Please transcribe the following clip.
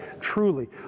truly